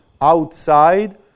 outside